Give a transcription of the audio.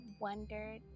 wondered